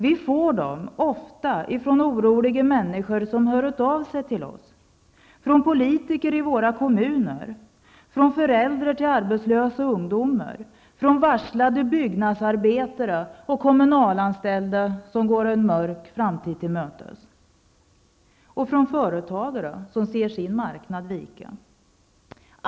Vi får sådana ofta från oroliga människor som hör av sig till oss, från politiker i våra kommuner, från föräldrar till arbetslösa ungdomar, från varslade bygganställda och kommunanställda som går en mörk framtid till mötes samt från företagare som ser sin marknad vika.